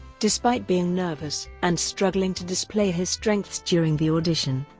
despite being nervous and struggling to display his strengths during the audition,